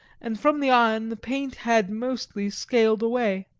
and from the iron the paint had mostly scaled away.